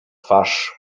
twarz